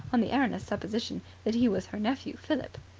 on the erroneous supposition that he was her nephew, philip.